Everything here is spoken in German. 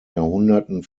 jahrhunderten